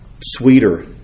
sweeter